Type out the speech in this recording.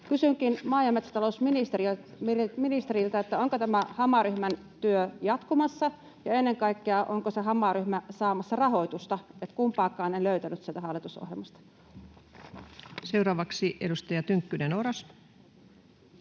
Kysynkin maa- ja metsätalousministeriön ministeriltä: Onko tämä HAMA-ryhmän työ jatkumassa, ja ennen kaikkea, onko se HAMA-ryhmä saamassa rahoitusta? Kumpaakaan en löytänyt sieltä hallitusohjelmasta. Seuraavaksi edustaja Tynkkynen, Oras.